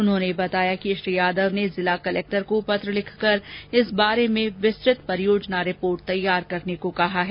उन्होंने बताया कि श्री यादव ने जिला कलेक्टर को पत्र लिखकर इस बारे में विस्तृत परियोजना रिपोर्ट तैयार करने को कहा है